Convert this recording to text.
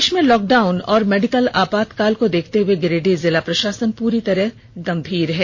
देष में लॉकडाउन और मेडिकल आपातकाल को देखते हए गिरिडीह जिला प्रशासन पुरी तरह गम्भीर है